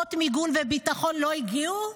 כשמערכות מיגון וביטחון לא הגיעו?